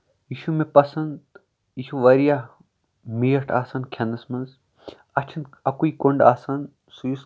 یہِ چھُ مےٚ پسند یہِ چھُ واریاہ میٹھ آسان کھٮ۪نَس منٛز اَتھ چھُنہٕ اَکُے کوٚنڈ آسان سُہ یُس